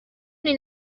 دونی